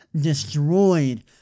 destroyed